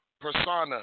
persona